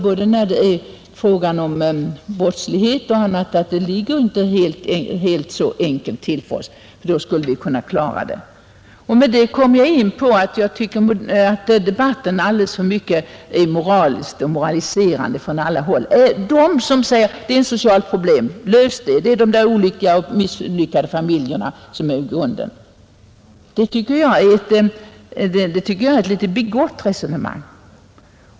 Både när det är fråga om brottslighet och annat anser jag att det inte är så enkelt för oss, ty då skulle vi kunna klara det. Med detta kommer jag in på att jag tycker att debatten är alldeles för moraliserande från alla håll. Några säger: Det är ett socialt problem! Lös det! Det är de olyckliga och misslyckade familjerna som utgör grunden till det hela! Det tycker jag är ett litet bigott resonemang.